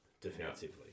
defensively